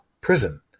prison